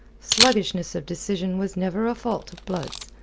sluggishness of decision was never a fault of blood's.